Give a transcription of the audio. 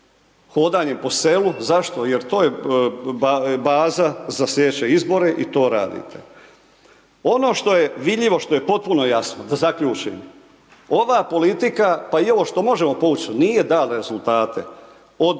hodanjem po selu, zašto, jer to je baza za slijedeće izbore i to radite. Ono što je vidljivo, što je potpuno jasno, da zaključim, ova politika, pa i ovo što možemo povuć, nije dalo rezultate od,